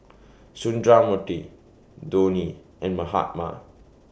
Sundramoorthy Dhoni and Mahatma